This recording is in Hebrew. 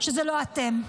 שזה לא אתם.